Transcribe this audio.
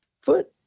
foot